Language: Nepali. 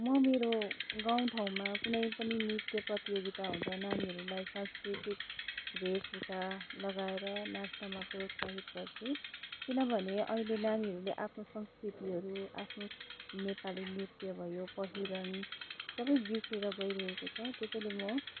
म मेरो गाउँठाउँमा कुनै पनि नृत्य प्रतियोगिता हुँदा नानीहरूलाई सांस्कृतिक वेशभूषा लगाएर नाच्नमा प्रोत्साहित गर्छु किनभने अहिले नानीहरूले आफ्नो संस्कृतिहरू आफ्नो नेपाली नृत्य भयो पहिरन सबै बिर्सेर गइरहेको छ त्यसैले म